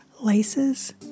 laces